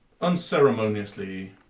unceremoniously